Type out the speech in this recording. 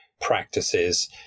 practices